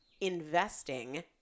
investing